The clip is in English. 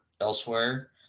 elsewhere